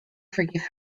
forgive